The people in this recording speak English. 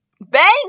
bang